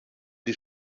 die